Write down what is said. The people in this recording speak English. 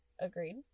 Agreed